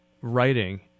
writing